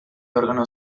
órgano